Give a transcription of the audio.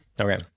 Okay